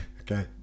okay